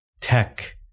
tech